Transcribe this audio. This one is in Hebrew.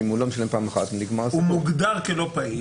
אם הוא לא משלם פעם אחת --- הוא מוגדר כלא פעיל.